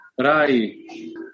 Rai